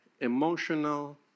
emotional